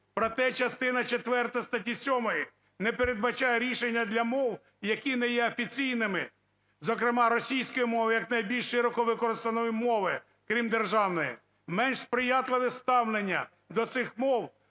"Проте частина четверта статті 7 не передбачає рішення для мов, які не є офіційними, зокрема російської мови як найбільш широко використовуваної мови, крім державної. Менш сприятливе ставлення до цих мов